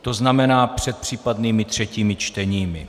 To znamená před případnými třetími čteními.